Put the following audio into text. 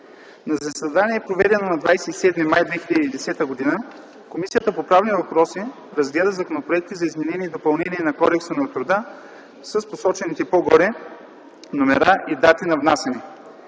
На заседание, проведено на 27.05.2010 г., Комисията по правни въпроси разгледа законопроекти за изменение и допълнение на Кодекса на труда с посочените по-горе номера и дати на внасяне.